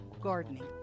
gardening